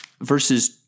verses